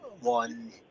one